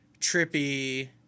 Trippy